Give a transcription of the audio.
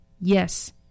Yes